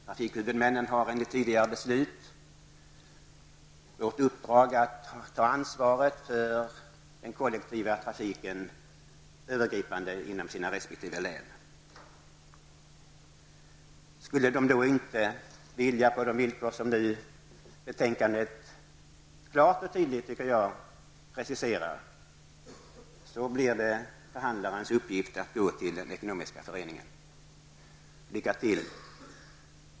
Trafikhuvudmännen har enligt tidigare beslut fått i uppdrag av oss att ta ansvaret för den kollektiva trafiken, och då övergripande inom sina resp. län. Skulle de då inte vilja göra detta, på de villkor som, tycker jag, betänkandet klart och tydligt preciserar, blir det förhandlarens uppgift att gå till Inlandskommunerna Ekonomisk Förening. Lycka till!